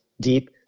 deep